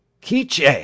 kiche